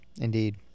Indeed